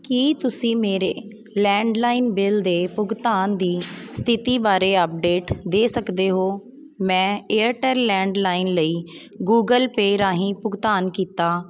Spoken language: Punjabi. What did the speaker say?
ਕੀ ਤੁਸੀਂ ਮੇਰੇ ਲੈਂਡਲਾਈਨ ਬਿੱਲ ਦੇ ਭੁਗਤਾਨ ਦੀ ਸਥਿਤੀ ਬਾਰੇ ਅੱਪਡੇਟ ਦੇ ਸਕਦੇ ਹੋ ਮੈਂ ਏਅਰਟੈੱਲ ਲੈਂਡਲਾਈਨ ਲਈ ਗੂਗਲ ਪੇਅ ਰਾਹੀਂ ਭੁਗਤਾਨ ਕੀਤਾ